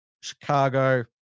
Chicago